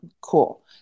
Cool